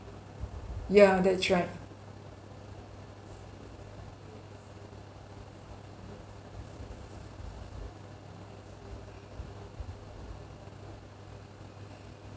yeah that's right